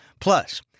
Plus